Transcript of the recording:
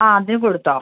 അദ്യം കൊടുത്തോ